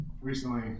recently